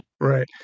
Right